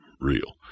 real